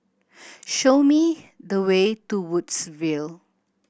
show me the way to Woodsville